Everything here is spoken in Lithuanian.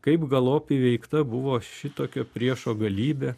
kaip galop įveikta buvo šitokio priešo galybė